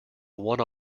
one